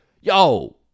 Yo